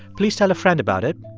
please tell a friend about it.